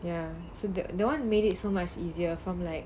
ya so the the [one] made it so much easier from like